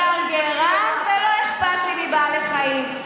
ולא אכפת לי מבעלי חיים.